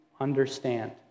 understand